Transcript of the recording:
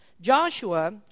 Joshua